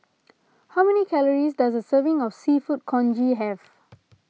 how many calories does a serving of Seafood Congee have